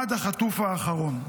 עד החטוף האחרון.